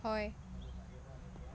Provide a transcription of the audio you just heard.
হয়